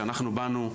שאנחנו באנו,